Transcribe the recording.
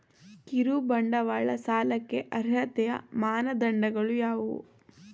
ಕಿರುಬಂಡವಾಳ ಸಾಲಕ್ಕೆ ಅರ್ಹತೆಯ ಮಾನದಂಡಗಳು ಯಾವುವು?